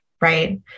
Right